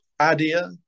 idea